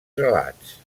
relats